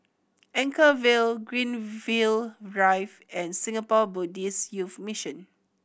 Anchorvale Greenfield Drive and Singapore Buddhist Youth Mission